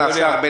נעשה הרבה